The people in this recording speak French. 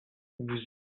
vous